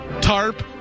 Tarp